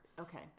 Okay